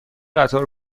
قطار